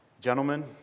gentlemen